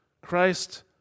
Christ